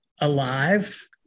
alive